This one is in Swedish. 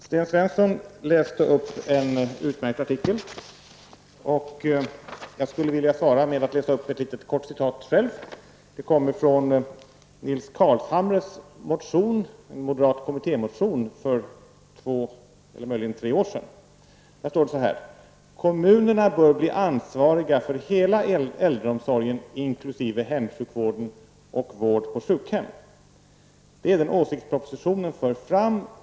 Sten Svensson läste upp en utmärkt artikel, och jag skulle vilja svara med att själv läsa upp ett kort citat från en motion av Nils Carlshamre -- en moderat kommittémotion för två eller möjligen tre år sedan: ''Kommunerna bör bli ansvariga för hela äldreomsorgen inkl. hemsjukvården och vård på sjukhem. Det är den åsikt propositionen för fram.